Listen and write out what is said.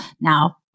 Now